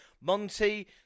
Monty